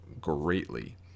greatly